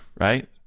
right